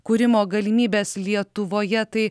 kūrimo galimybes lietuvoje tai